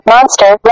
Monster